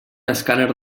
escàner